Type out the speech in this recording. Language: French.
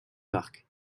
park